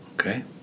Okay